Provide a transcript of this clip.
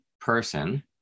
person